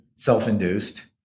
self-induced